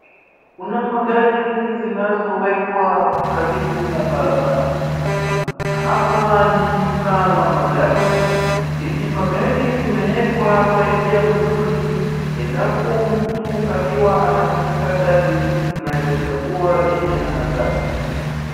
Kuna magari zinazowekwa karibu na barabara. Na hapa ni duka la magari. Hizi magari zimewekwa kwa njia nzuri, endapo mtu akiwa anataka gari anaeza chagua yenye anataka.